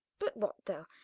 but what though?